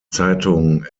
zeitung